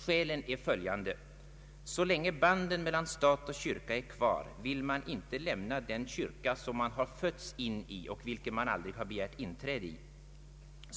Skälen är följande: Så länge banden mellan kyrka och stat är kvar, vill man inte lämna den kyrka som man har fötts in i.